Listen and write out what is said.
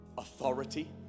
Authority